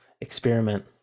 experiment